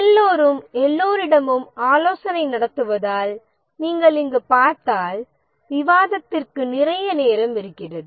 எல்லோரும் எல்லோரிடமும் ஆலோசனை நடத்துவதால் நீங்கள் இங்கு பார்த்தால் விவாதத்திற்கு நிறைய நேரம் இருக்கிறது